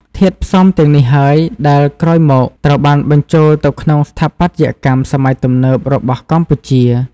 ធាតុផ្សំទាំងនេះហើយដែលក្រោយមកត្រូវបានបញ្ចូលទៅក្នុងស្ថាបត្យកម្មសម័យទំនើបរបស់កម្ពុជា។